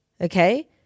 Okay